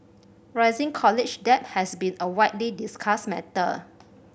rising college debt has been a widely discussed matter